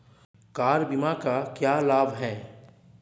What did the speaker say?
Car बीमा का क्या लाभ है?